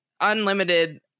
unlimited